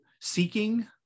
seeking